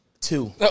Two